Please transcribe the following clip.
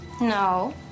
No